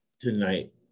tonight